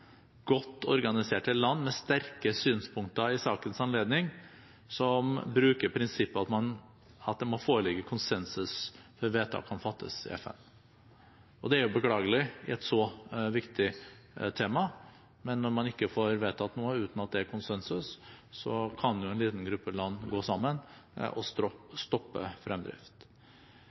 godt organiserte land, med sterke synspunkter i sakens anledning, som bruker prinsippet at det må foreligge konsensus før vedtak kan fattes i FN. Det er beklagelig i et så viktig tema, men når man ikke får vedtatt noe uten at det er konsensus, kan en liten gruppe land gå sammen og